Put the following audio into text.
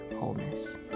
wholeness